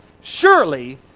Surely